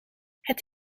het